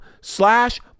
slash